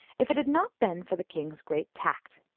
if it had not been for the king's great tact.